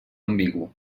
ambigu